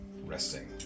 resting